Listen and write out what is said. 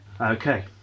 Okay